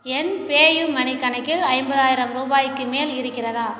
என் PayUMoney கணக்கில் ஐம்பதாயிரம் ரூபாய்க்கு மேல் இருக்கிறதா